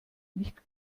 nicht